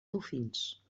dofins